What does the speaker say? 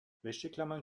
wäscheklammern